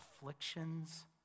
afflictions